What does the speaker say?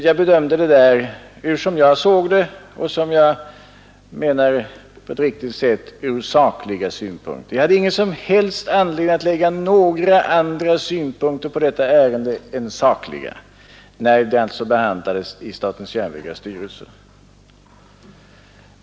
Jag bedömde det ur sakliga synpunkter och, som jag såg det, på ett riktigt sätt. Jag hade ingen som helst anledning att lägga några andra synpunkter på detta ärende än sakliga, när frågan behandlades i statens järnvägars styrelse.